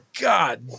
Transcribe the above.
god